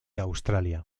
australia